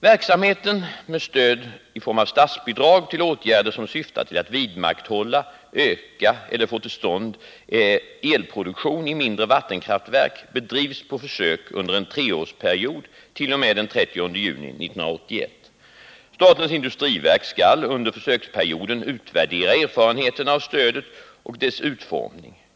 Verksamheten med stöd i form av statsbidrag till åtgärder som syftar till att vidmakthålla, öka eller få till stånd elproduktion i mindre vattenkraftverk bedrivs på försök under en treårsperiod t.o.m. den 30 juni 1981. Statens industriverk skall under försöksperioden utvärdera erfarenheterna av stödet och dess utformning.